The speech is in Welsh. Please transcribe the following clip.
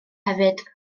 hefyd